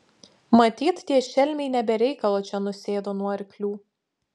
matyt tie šelmiai ne be reikalo čia nusėdo nuo arklių